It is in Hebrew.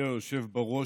אדוני היושב בראש,